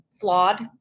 flawed